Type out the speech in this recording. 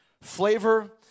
Flavor